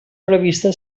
prevista